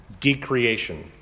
decreation